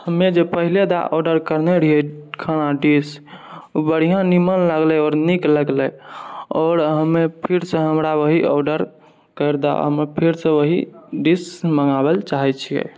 हमे जे पहिले दा ऑडर करने रहिए खाना डिश बढ़िआँ निमन लगलै आओर नीक लगलै आओर हमे फेरसँ हमरा वएह ऑडर करि दए हम फेरसँ वएह डिश मँगाबैलए चाहै छिए